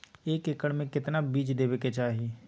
एक एकड़ मे केतना बीज देवे के चाहि?